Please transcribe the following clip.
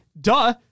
Duh